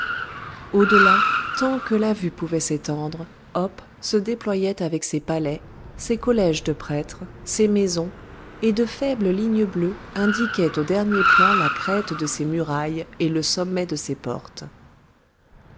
au-delà tant que la vue pouvait s'étendre oph se déployait avec ses palais ses collèges de prêtres ses maisons et de faibles lignes bleues indiquaient aux derniers plans la crête de ses murailles et le sommet de ses portes